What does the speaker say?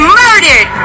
murdered